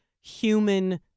human